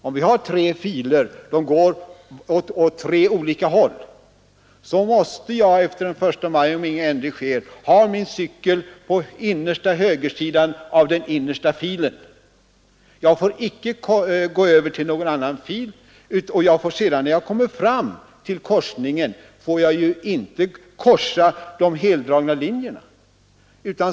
Om vi har tre filer som går åt tre olika håll måste jag efter den 1 maj 1974, om ingen ändring sker, ha min cykel på innersta högersidan av den innersta filen. Jag får icke gå över till någon annan fil, och jag får sedan när jag kommer fram till korsningen inte passera de heldragna linjerna.